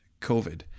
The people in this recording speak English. Covid